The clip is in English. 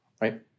right